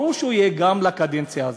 ברור שגם הוא יהיה לקדנציה הזאת,